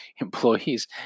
employees